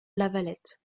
lavalette